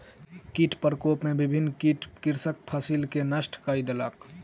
कीट प्रकोप में विभिन्न कीट कृषकक फसिल के नष्ट कय देलक